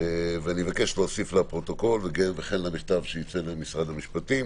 אני מבקש להוסיף לפרוטוקול וכן למכתב שייצא למשרד המשפטים,